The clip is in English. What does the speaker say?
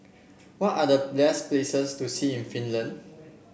what are the places to see in Finland